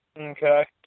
Okay